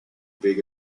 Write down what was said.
big